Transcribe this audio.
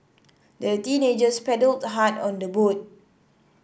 the teenagers paddled hard on their boat